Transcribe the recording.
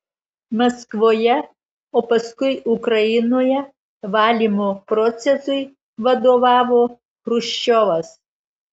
maskvoje o paskui ukrainoje valymo procesui vadovavo chruščiovas